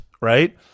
right